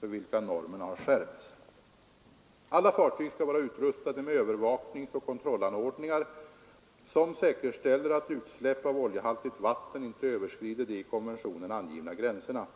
för vilka normerna har skärpts. Alla fartyg skall vara utrustade med övervakningsoch kontrollanordningar som säkerställer att utsläpp av oljehaltigt vatten inte överskrider de i konventionen angivna gränserna.